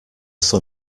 sun